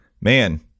man